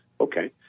okay